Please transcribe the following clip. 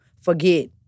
forget